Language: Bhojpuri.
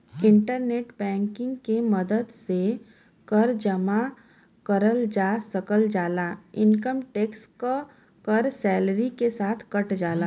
इंटरनेट बैंकिंग के मदद से कर जमा करल जा सकल जाला इनकम टैक्स क कर सैलरी के साथ कट जाला